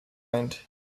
mind